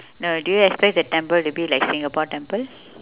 no do you expect the temple to be like singapore temple